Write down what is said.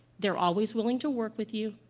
they're always willing to work with you,